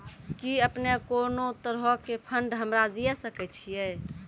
कि अपने कोनो तरहो के फंड हमरा दिये सकै छिये?